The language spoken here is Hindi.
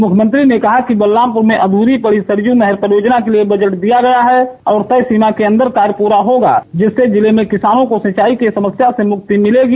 मुख्यमंत्री ने कहा कि बलरामपुर में अधूरी पड़ी सरयू नहर परियोजना के लिए बजट दिया गया है और तय सीमा के अंदर कार्य पूरा होगा जिससे जिले के किसानों को सिंचाई की समस्या से मुक्ति मिलेगी